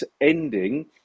ending